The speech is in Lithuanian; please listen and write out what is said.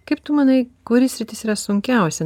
kaip tu manai kuri sritis yra sunkiausia